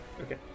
Okay